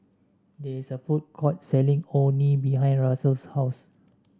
there is a food court selling Orh Nee behind Russell's house